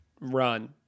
run